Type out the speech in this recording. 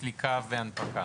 סליקה והנפקה.